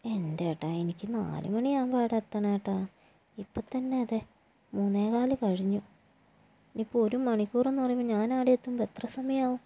എന്റെ ഏട്ടാ എനിക്ക് നാല് മണിയാവുമ്പോൾ അവിടെ എത്തണം ഏട്ടാ ഇപ്പം തന്നെ ദേ മൂന്നേ കാൽ കഴിഞ്ഞു ഇനിയിപ്പോൾ ഒരു മണിക്കൂറെന്ന് പറയുമ്പോൾ ഞാനവിടെ എത്തുമ്പോൾ എത്ര സമയമാവും